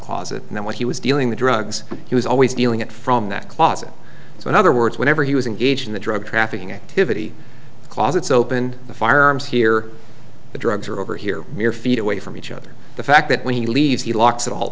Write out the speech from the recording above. closet and then what he was dealing the drugs he was always dealing at from that closet so in other words whenever he was engaged in the drug trafficking activity closets open the firearms here the drugs are over here mere feet away from each other the fact that when he leaves he locks it all